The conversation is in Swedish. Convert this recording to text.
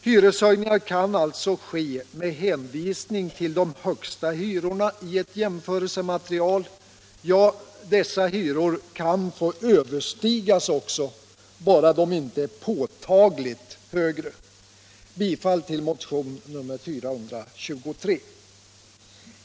Hyreshöjningar kan alltså ske med hänvisning till de högsta hyrorna i ett jämförelsematerial — ja, dessa hyror kan få överstigas också, bara de inte överskrids påtagligt. Jag yrkar bifall till motionen 423.